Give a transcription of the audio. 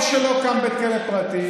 טוב שלא קם בית כלא פרטי,